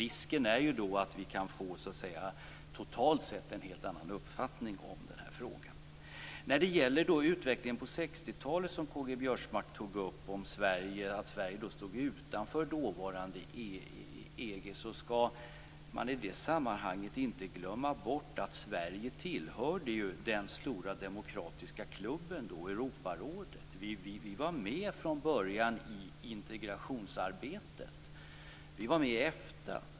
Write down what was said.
Det är då risk för att vi totalt sett kan få en helt annan uppfattning om den här frågan. K-G Biörsmark tog upp utvecklingen under 60 talet, då Sverige stod utanför det dåvarande EG. Man skall i det sammanhanget inte glömma bort att Sverige då tillhörde den stora demokratiska klubben Europarådet. Vi var med från början i integrationsarbetet. Vi var med i Efta.